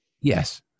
Yes